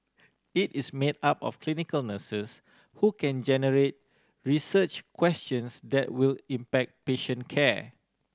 it is made up of clinical nurses who can generate research questions that will impact patient care